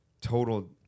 total